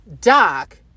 Doc